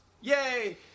Yay